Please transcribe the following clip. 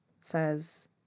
says